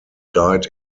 died